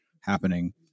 happening